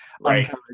Right